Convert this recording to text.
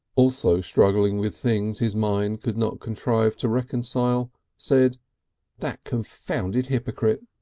also struggling with things his mind could not contrive to reconcile, said that confounded hypocrite.